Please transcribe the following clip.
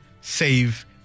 save